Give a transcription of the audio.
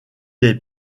est